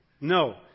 No